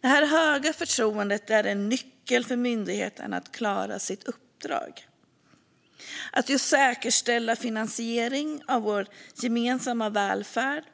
Det höga förtroendet är en nyckel för att myndigheten ska klara sitt uppdrag. Att just säkerställa finansiering av vår gemensamma välfärd